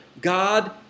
God